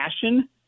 passion